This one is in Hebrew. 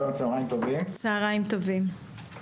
צוהריים טובים, שלום.